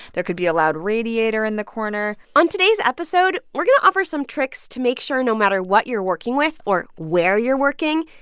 there could be a loud radiator in the corner on today's episode, we're going to offer some tricks to make sure, no matter what you're working with or where you're working,